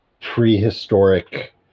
prehistoric